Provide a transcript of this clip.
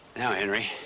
now, henry,